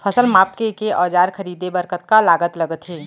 फसल मापके के औज़ार खरीदे बर कतका लागत लगथे?